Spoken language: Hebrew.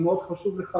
אם מאוד חשוב לך,